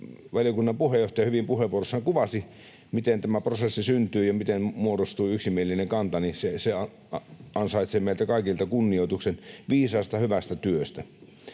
Valiokunnan puheenjohtaja hyvin puheenvuorossaan kuvasi, miten tämä prosessi syntyi ja miten muodostui yksimielinen kanta, ja se ansaitsee meiltä kaikilta kunnioituksen viisaasta, hyvästä työstä.